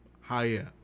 higher